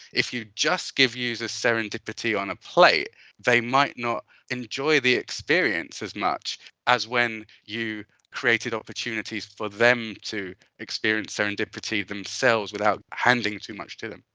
if you just give users serendipity on a plate they might not enjoy the experience as much as when you created opportunities for them to experience serendipity themselves without handing too much to them.